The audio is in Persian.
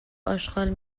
اشغال